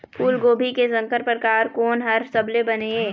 फूलगोभी के संकर परकार कोन हर सबले बने ये?